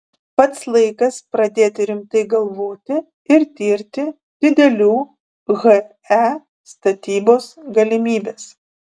pats laikas pradėti rimtai galvoti ir tirti didelių he statybos galimybes